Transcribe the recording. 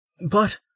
But